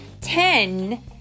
Ten